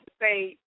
say